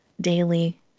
daily